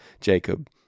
Jacob